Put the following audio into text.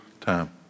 time